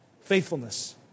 faithfulness